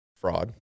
fraud